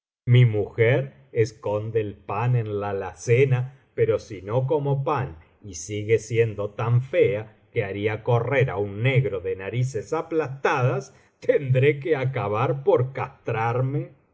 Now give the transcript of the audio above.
mi nmjer esconde el pan en la alacena pero si no como pan y signe siendo tan fea que haría correr á un negro de narices aplastadas tendré que acabar por castrarme